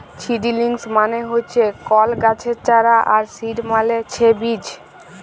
seedlings মানে হচ্যে কল গাছের চারা আর সিড মালে ছে বীজ